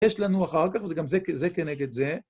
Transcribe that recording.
יש לנו אחר כך, וזה גם זה כנגד זה.